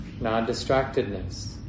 non-distractedness